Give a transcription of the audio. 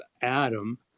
Adam